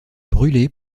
brûlée